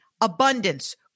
abundance